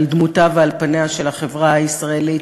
על דמותה ועל פניה של החברה הישראלית,